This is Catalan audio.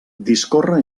discorre